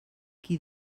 qui